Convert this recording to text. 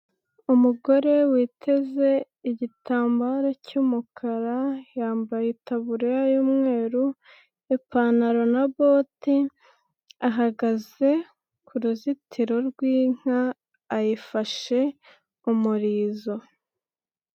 Umugore witeze igitambaro cy'umukara, yambaye itaburiya y'umweru, ipantaro na bote, ahagaze ku ruzitiro rw'inka ayifashe umurizo.